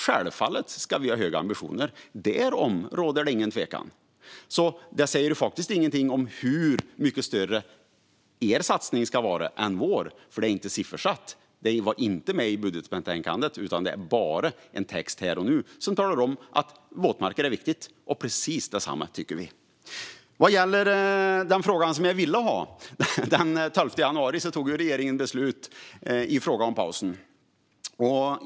Självfallet ska vi ha höga ambitioner; därom råder ingen tvekan. Men detta säger faktiskt ingenting om hur mycket större er satsning ska vara än vår, för det är inte siffersatt. Det fanns inte med i budgetbetänkandet, utan det är bara en text här och nu som talar om att våtmarker är viktiga. Och precis detsamma tycker vi. Vad gäller den fråga som jag ville ha fattade regeringen den 12 januari beslut i fråga om pausen.